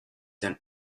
than